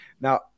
Now